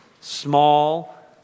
small